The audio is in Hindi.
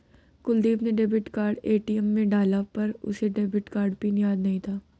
कुलदीप ने डेबिट कार्ड ए.टी.एम में डाला पर उसे डेबिट कार्ड पिन याद नहीं था